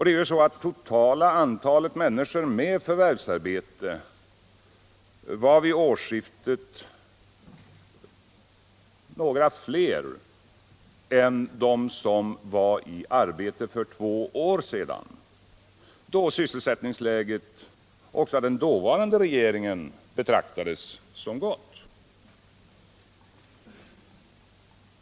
Det totala antalet människor med förvärvsarbete låg vid årsskiftet något över nivån för två år sedan, då sysselsättningsläget även av den dåvarande regeringen betraktades som gott.